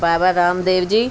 बाबा Ramdev जी